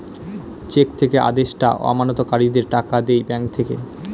check থেকে আদেষ্টা আমানতকারীদের টাকা দেয় ব্যাঙ্ক থেকে